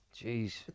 Jeez